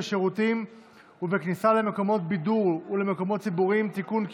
בשירותים ובכניסה למקומות בידור ולמקומות ציבוריים (תיקון,